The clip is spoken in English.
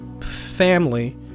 family